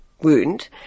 wound